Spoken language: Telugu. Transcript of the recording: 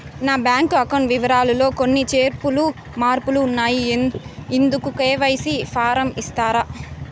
నా బ్యాంకు అకౌంట్ వివరాలు లో కొన్ని చేర్పులు మార్పులు ఉన్నాయి, ఇందుకు కె.వై.సి ఫారం ఇస్తారా?